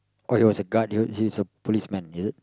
oh he was a guard he is a policeman is it